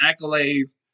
accolades